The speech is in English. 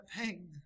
pain